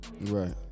Right